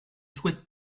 souhaite